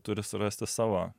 turi surasti savo